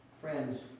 Friends